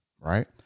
Right